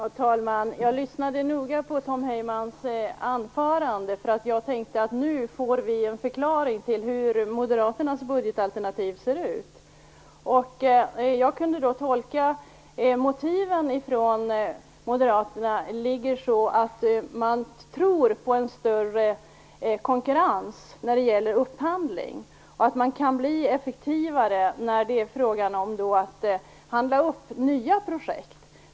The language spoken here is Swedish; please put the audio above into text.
Herr talman! Jag lyssnade noga på Tom Heymans anförande. Jag tänkte: Nu får vi en förklaring till hur Moderaternas budgetalternativ ser ut. Jag förstod då att Moderaternas motiv är att man tror på en större konkurrens när det gäller upphandling. Moderaterna tror att man kan bli effektivare när det gäller att handla upp nya projekt.